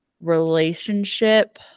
relationship